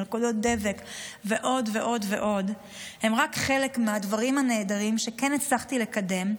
מלכודות דבק ועוד ועוד ועוד הם רק חלק מהדברים הנהדרים שכן הצלחתי לקדם,